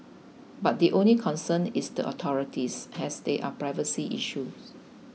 but the only concern is the authorities as there are privacy issues